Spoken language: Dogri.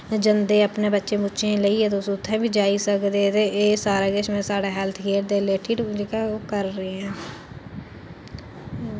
जन्दे अपने बच्चें बूच्चें गी लेइयै तुस उत्थैं बी जाई सकदे ते एह् सारा किश मैं साढ़ा हेल्थ केयर दे रिलेटेड जेह्का कर रहें हैं